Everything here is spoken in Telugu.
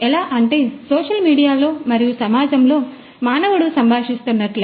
ఎలా అంటే సోషల్ మీడియాలో మరియు సమాజంలో మానవుడు సంభాషిస్తున్నట్లే